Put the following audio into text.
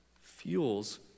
fuels